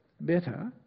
Better